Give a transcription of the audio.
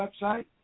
website